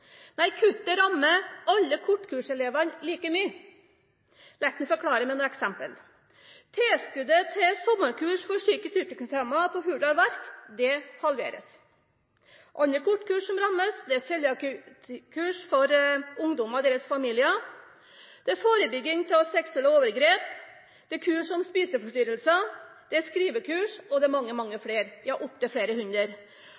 nei, kuttet rammer alle kortkurselevene like mye. La meg forklare med noen eksempler. Tilskuddet til sommerkurs for psykisk utviklingshemmede på Hurdal Verk halveres. Andre kortkurs som rammes, er cøliakikurs for ungdommer og deres familier, kurs om forebygging av seksuelle overgrep, kurs om spiseforstyrrelser, skrivekurs og mange, mange flere kurs